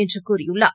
என்றுகூறியுள்ளார்